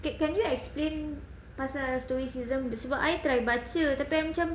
okay can you explain pasal stoicism sebab I try baca tapi I macam